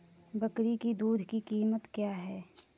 बकरी की दूध की कीमत क्या है?